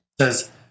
says